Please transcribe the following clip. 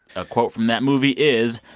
a quote from that movie is,